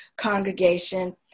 congregation